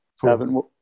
Kevin